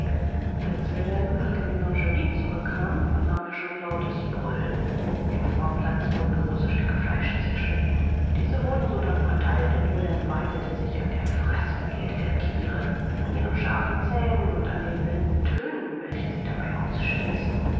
als wilhelm nach der menagerie zurückkam vernahm er schon lautes brüllen im vorplatz wurden große stücke fleisch zerschnitten diese wurden sodann vertheilt und wilhelm weidete sich an der freßbegierde der thiere an ihren scharfen zähnen und an den wilden tönen welche sie dabei ausstießen